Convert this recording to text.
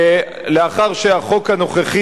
ולאחר שהחוק הנוכחי,